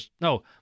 no